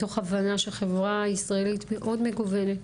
מתוך הבנה שהחברה ישראלית מאוד מגוונת,